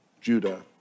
Judah